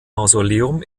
mausoleum